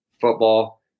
football